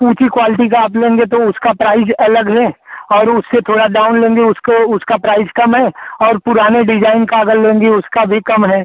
ऊँची क्वालटी का आप लेंगे तो उसका प्राइसज़ अलग है और उससे थोड़ा डाउन है लेंगे उसको उसका प्राइस कम है और पुराने डिजाइन का अगर लेंगी उसका भी कम है